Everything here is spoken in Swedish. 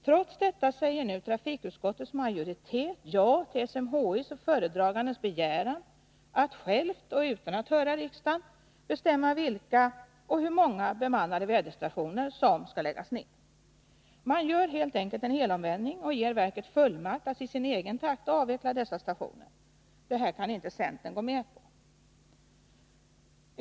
Trots detta säger trafikutskottets majoritet nu ja till SMHI:s och föredragandens begäran att SMHI självt och utan att höra riksdagen skall få bestämma vilka och hur många bemannade väderstationer som skall läggas ned. Man gör helt enkelt en helomvändning och ger verket fullmakt att i sin egen takt avveckla dessa stationer. Detta kan centern inte gå med på.